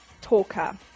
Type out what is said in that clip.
talker